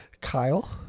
Kyle